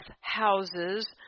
houses